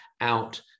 out